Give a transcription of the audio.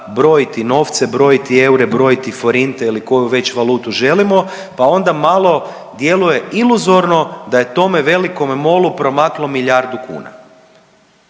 brojiti novce, brojiti eure, brojiti forinte ili koju već valutu želimo, pa onda malo djeluje iluzorno da je tome velikom MOLU promaklo milijardu kuna.